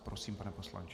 Prosím, pane poslanče.